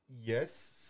yes